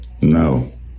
No